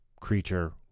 creature